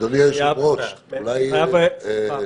אדוני היושב-ראש, אולי --- סליחה.